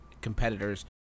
competitors